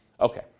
Okay